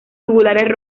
tubulares